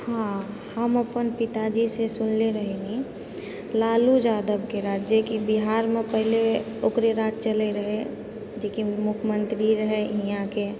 हँ हम अपन पिताजीसे सुनले रहि लालू यादवके राज्य बिहारमे पहिले ओकरे राज्य चलै रहै जेकि मुख्यमंत्री रहै यहाँके